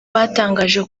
batangaje